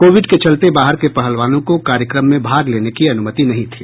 Covid के चलते बाहर के पहलवानों को कार्यक्रम में भाग लेने की अनुमति नहीं थी